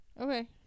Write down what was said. Okay